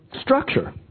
structure